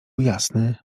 jasny